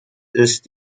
ist